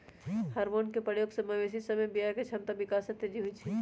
hormone के प्रयोग से मवेशी सभ में बियायके क्षमता विकास तेजी से होइ छइ